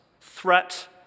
threat